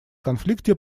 конфликте